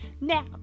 Now